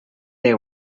they